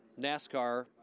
NASCAR